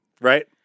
Right